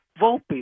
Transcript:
Volpe